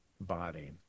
body